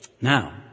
Now